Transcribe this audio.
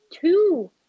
two